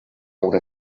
una